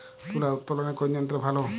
তুলা উত্তোলনে কোন যন্ত্র ভালো?